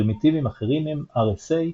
פרימיטיבים אחרים הם RSA,